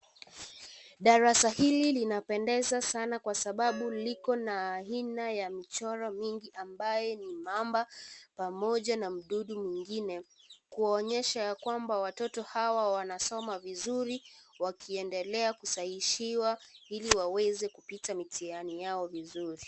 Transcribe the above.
Darasa hili linapendeza sana kwa sababu liko na aina ya michoro mingi ambayo ni mamba pamoja na mududu mwingine kuonyesha ya kwamba watoto hawa wanasoma vizuri wakiendelea kusahihishiwa iliwaweze kupita mithiani yao vizuri.